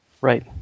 Right